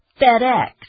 FedEx